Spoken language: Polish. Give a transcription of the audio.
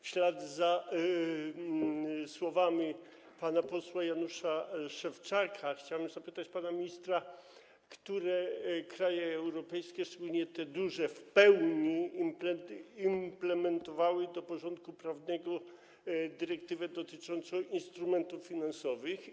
W ślad za słowami pana posła Janusza Szewczaka chciałbym zapytać pana ministra, które kraje europejskie, szczególnie te duże, w pełni implementowały do porządku prawnego dyrektywę dotyczącą instrumentów finansowych.